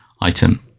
item